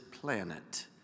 planet